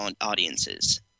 audiences